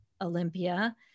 Olympia